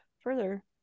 further